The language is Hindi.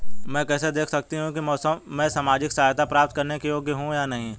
मैं कैसे देख सकती हूँ कि मैं सामाजिक सहायता प्राप्त करने के योग्य हूँ या नहीं?